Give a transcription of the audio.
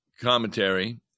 commentary